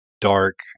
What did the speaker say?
dark